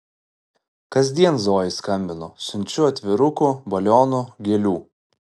kasdien zojai skambinu siunčiu atvirukų balionų gėlių